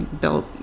built